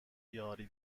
یاری